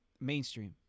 mainstream